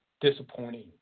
disappointing